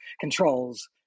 controls